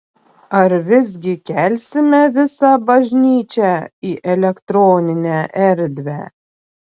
ar visgi kelsime visą bažnyčią į elektroninę erdvę